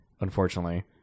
unfortunately